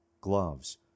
gloves